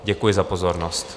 Děkuji za pozornost.